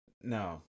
No